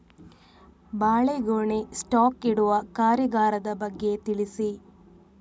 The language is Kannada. ಬಾಳೆಗೊನೆ ಸ್ಟಾಕ್ ಇಡುವ ಕಾರ್ಯಗಾರದ ಬಗ್ಗೆ ತಿಳಿಸಿ